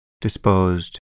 disposed